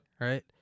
right